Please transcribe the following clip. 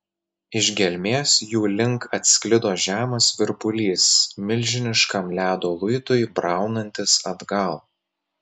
iš gelmės jų link atsklido žemas virpulys milžiniškam ledo luitui braunantis atgal